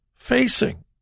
facing